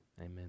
Amen